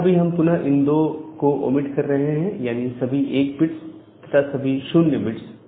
यहां भी हम पुनः इन 2 को ओमीट कर रहे हैं यानी सभी 1 बिट्स तथा सभी 0 बिट्स